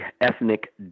ethnic